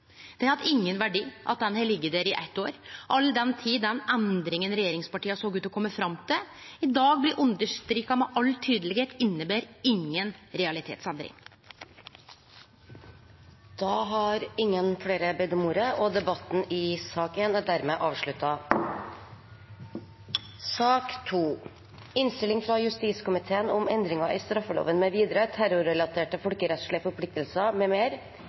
har ikkje hatt nokon verdi at ho har lege der i eitt år, all den tid den endringa regjeringspartia såg ut til å kome fram til, i dag blir understreka med all tydelegheit ikkje inneber noka realitetsendring. Flere har ikke bedt om ordet til sak nr. 1. Komiteen har behandlet Prop. 100 L for 2018–2019, Endringer i straffeloven mv., terrorrelaterte folkerettslige forpliktelser